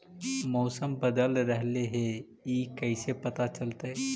मौसम बदल रहले हे इ कैसे पता चलतै?